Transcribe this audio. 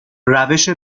روش